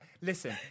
Listen